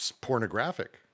pornographic